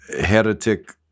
heretic